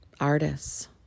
Artists